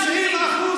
מסיתים נגדם.